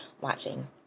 watching